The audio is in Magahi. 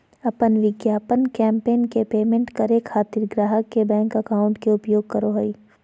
अपन विज्ञापन कैंपेन के पेमेंट करे खातिर ग्राहक के बैंक अकाउंट के उपयोग करो हइ